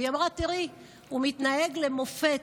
היא אמרה, תראי, הוא מתנהג למופת,